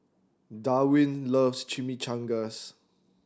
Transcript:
Darwin loves Chimichangas